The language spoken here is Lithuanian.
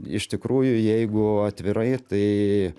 iš tikrųjų jeigu atvirai tai